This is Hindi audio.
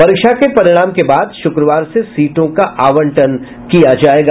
परीक्षा के परिणाम के बाद शुक्रवार से सीटों को आवंटन शुरू हो जाएगा